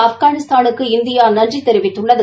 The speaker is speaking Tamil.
ஆப்கானிஸ்தானுக்க இந்தியா நன்றி தெரிவித்துள்ளது